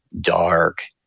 dark